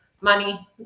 money